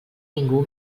ningú